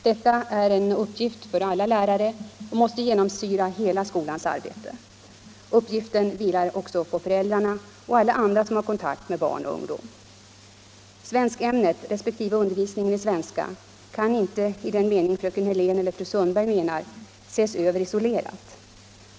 Detta är en uppgift för alla lärare och måste genomsyra hela skolans arbete. Uppgiften vilar också på föräldrarna och alla andra som har kontakt med barn och ungdom. Svenskämnet resp. undervisningen i svenska kan inte på det sätt fröken Hörlén och fru Sundberg menar ses över isolerat.